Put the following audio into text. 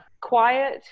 Quiet